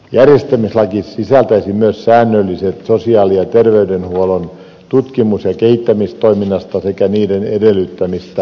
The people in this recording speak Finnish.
järjestämislaki sisältäisi myös säännökset sosiaali ja terveydenhuollon tutkimus ja kehittämistoiminnasta sekä niiden edellyttämistä rakenteista